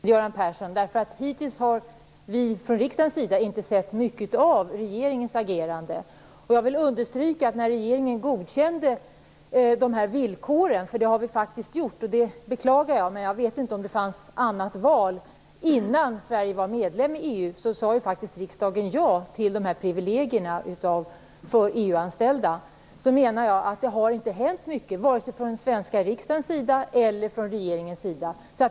Fru talman! Det är glädjande, Göran Persson, därför att vi hittills från riksdagens sida inte sett mycket av regeringens agerande. Jag vill understryka att regeringen faktiskt godkände villkoren. Det beklagar jag, men jag vet inte om det fanns annat val. Innan Sverige var medlem i EU sade riksdagen ja till sådana här privilegier för EU-anställda. Sedan har det inte hänt mycket vare sig från svenska riksdagens eller från regeringens sida.